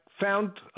found